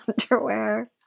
underwear